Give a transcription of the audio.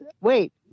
wait